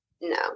no